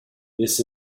this